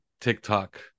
TikTok